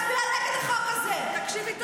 מקור תקציב.